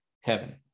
heaven